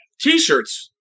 T-shirts